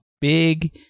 big